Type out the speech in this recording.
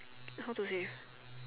how to say